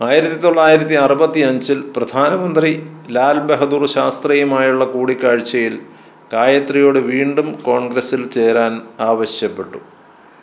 ആയിരത്തി തൊള്ളായിരത്തി അറുപത്തി അഞ്ചിൽ പ്രധാന മന്ത്രി ലാൽ ബഹദൂർ ശാസ്ത്രിയുമായുള്ള കൂടിക്കാഴ്ച്ചയിൽ ഗായത്രിയോട് വീണ്ടും കോൺഗ്രസ്സിൽ ചേരാൻ ആവശ്യപ്പെട്ടു